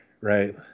right